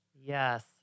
Yes